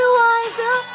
wiser